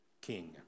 king